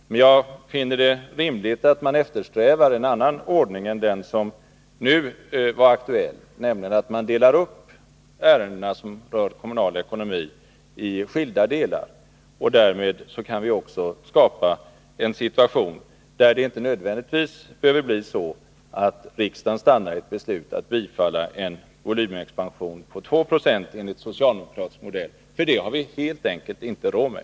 Men jag finner det rimligt att man eftersträvar en annan ordning än den som nu var aktuell, så att man delar upp ärendena som rör kommunal ekonomi i skilda delar. Därmed kan vi också skapa en situation där riksdagen inte nödvändigtvis behöver stanna för ett beslut om att bifalla en volymexpansion på 2 Yo enligt socialdemokraternas modell. Det har vi helt enkelt inte råd med.